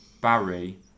Barry